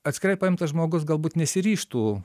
atskirai paimtas žmogus galbūt nesiryžtų